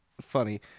funny